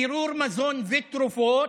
קירור מזון ותרופות,